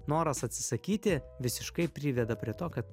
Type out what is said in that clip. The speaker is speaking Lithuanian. noras atsisakyti visiškai priveda prie to kad